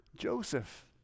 Joseph